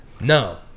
No